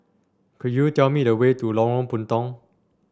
could you tell me the way to Lorong Puntong